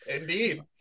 indeed